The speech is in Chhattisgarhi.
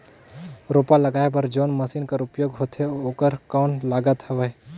रोपा लगाय बर जोन मशीन कर उपयोग होथे ओकर कौन लागत हवय?